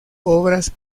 obras